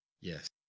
Yes